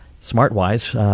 smart-wise